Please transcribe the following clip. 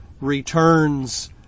returns